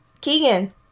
Keegan